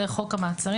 דרך חוק המעצרים.